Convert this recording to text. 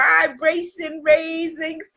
vibration-raising